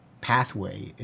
pathway